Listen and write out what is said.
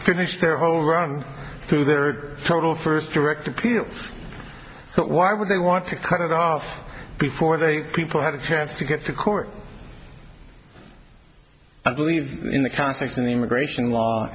finished their whole run through their total first direct appeals so why would they want to cut it off before they people had a chance to get to court i believe in the concept of the immigration